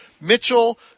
Mitchell